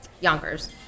Yonkers